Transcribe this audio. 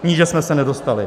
Níže jsme se nedostali.